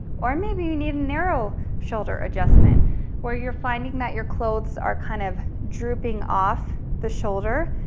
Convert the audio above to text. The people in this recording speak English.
or maybe you need a narrow shoulder adjustment where you're finding that your clothes are kind of drooping-off the shoulder,